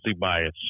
bias